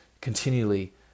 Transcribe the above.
continually